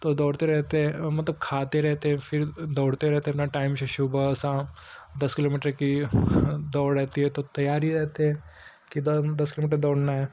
तो दौड़ते रहते हैं मतलब खाते रहते हैं फिर दौड़ते रहते हैं अपने टाइम से सुबह शाम दस किलोमीटर की दौड़ रहती है तो तैयार ही रहते हैं कि दस किलोमीटर दौड़ना है